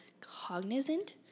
cognizant